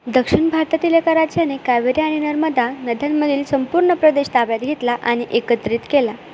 दक्षिण भारतातील एका राज्याने कावेरी आणि नर्मदा नद्यांमधील संपूर्ण प्रदेश ताब्यात घेतला आणि एकत्रित केला